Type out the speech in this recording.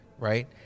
right